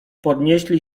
podnieśli